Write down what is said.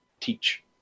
teach